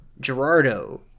Gerardo